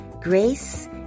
grace